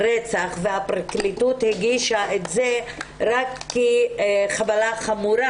רצח והפרקליטות הגישה את זה רק כחבלה חמורה